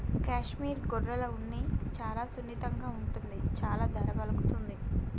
కాశ్మీర్ గొర్రెల ఉన్ని చాలా సున్నితంగా ఉంటుంది చాలా ధర పలుకుతుంది